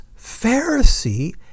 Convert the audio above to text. Pharisee